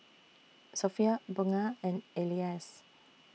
Sofea Bunga and Elyas